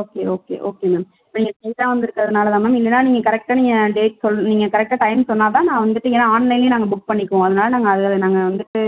okay okay okay ma'am நீங்கள் வந்துருக்கனால் தான் ma'am இல்லைனா நீங்கள் கரெட்டாக நீங்கள் டேட் சொல் நீங்கள் கரெட்டாக டைம் சொன்னால்தான் நான் வந்துவிட்டு ஏன் ஆன்லைன்லயும் நாங்கள் புக் பண்ணிக்குவோம் அதனால நாங்கள் வந்துவிட்டு